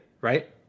right